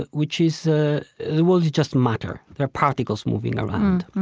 which is, the world is just matter. there are particles moving around.